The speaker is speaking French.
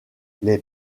les